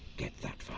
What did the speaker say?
get that far?